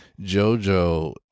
JoJo